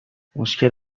مشکل